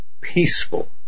peaceful